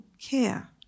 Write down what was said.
care